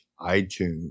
iTunes